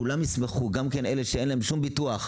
כולם ישמחו גם כאלה שאין להם שום ביטוח,